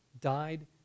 died